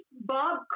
Bob